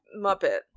muppet